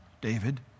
David